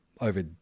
over